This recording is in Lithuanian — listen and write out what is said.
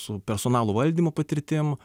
su personalo valdymo patirtim